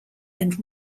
and